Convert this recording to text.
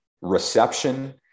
reception